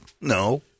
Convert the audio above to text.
no